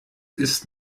ist